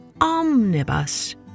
omnibus